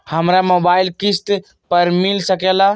हमरा मोबाइल किस्त पर मिल सकेला?